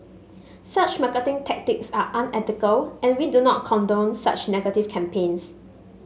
such marketing tactics are unethical and we do not condone such negative campaigns